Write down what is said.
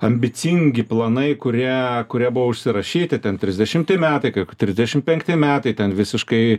ambicingi planai kurie kurie buvo užsirašyti ten trisdešimti metai kaip trisdešimt penkti metai ten visiškai